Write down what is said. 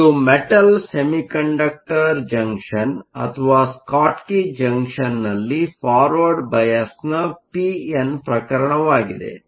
ಆದ್ದರಿಂದ ಇದು metal semiconductor junction ಅಥವಾ ಸ್ಕಾಟ್ಕಿ ಜಂಕ್ಷನ್ನಲ್ಲಿ ಫಾರ್ವಾರ್ಡ್ ಬಯಾಸ್Forward biasನ ಪಿ ಎನ್ ಪ್ರಕರಣವಾಗಿದೆ